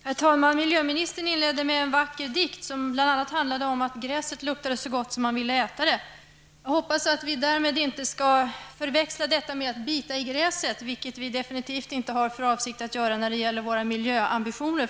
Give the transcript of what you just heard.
Herr talman! Miljöministern inledde med en vacker dikt som bl.a. handlade om att gräset luktade så gott att man ville äta det. Jag hoppas att vi inte skall förväxla detta med att bita i gräset, vilket vi definitivt inte har för avsikt att göra när det gäller vänsterpartiets miljöambitioner.